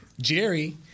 Jerry